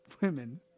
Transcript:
women